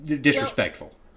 Disrespectful